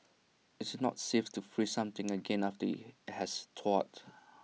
it's not safe to freeze something again after IT has thawed